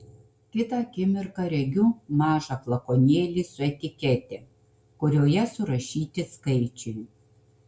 kitą akimirką regiu mažą flakonėlį su etikete kurioje surašyti skaičiai